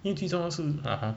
因为最重要是 (uh huh)